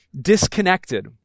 disconnected